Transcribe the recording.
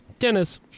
Dennis